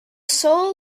soul